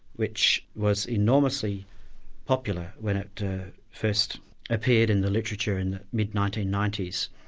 which was enormously popular when it first appeared in the literature in the mid nineteen ninety s.